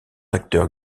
acteur